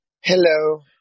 Hello